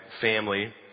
family